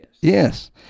yes